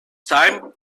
time